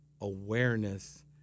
awareness